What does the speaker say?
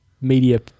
media